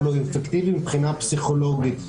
אבל הוא אפקטיבי מבחינה פסיכולוגית.